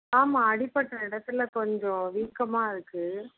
ஆமாம் அடிப்பட்ட இடத்துல கொஞ்சம் வீக்கமாக இருக்குது